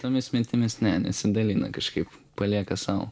tomis mintimis ne nesidalina kažkaip palieka sau